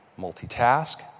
multitask